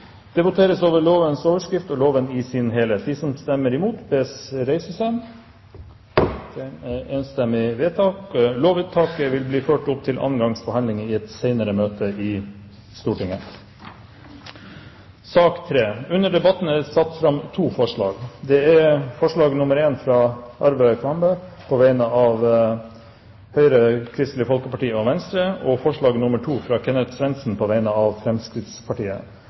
Det voteres over lovens overskrift og loven i sin helhet. Lovvedtaket vil bli ført opp til annen gangs behandling i et senere møte i Stortinget. Under debatten er det satt fram to forslag. Det er forslag nr. 1, fra Arve Kambe på vegne av Høyre, Kristelig Folkeparti og Venstre forslag nr. 2, fra Kenneth Svendsen på vegne av Fremskrittspartiet